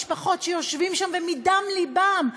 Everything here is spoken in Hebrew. משפחות שיושבים שם ומדם לבם,